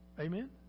Amen